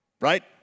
Right